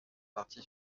parti